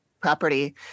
property